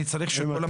אני צריך שכולם ידעו?